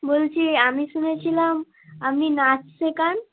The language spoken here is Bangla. বলছি আমি শুনেছিলাম আপনি নাচ শেখান